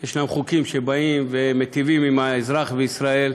יש חוקים שמיטיבים עם האזרח בישראל.